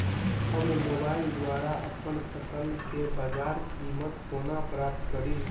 हम मोबाइल द्वारा अप्पन फसल केँ बजार कीमत कोना प्राप्त कड़ी?